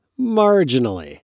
marginally